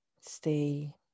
stay